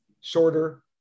shorter